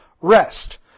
rest